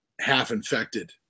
half-infected